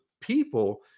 people